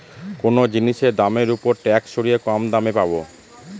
কোনো জিনিসের দামের ওপর ট্যাক্স সরিয়ে কম দামে পাবো